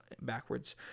backwards